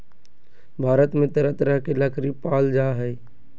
भारत में तरह तरह के लकरी पाल जा हइ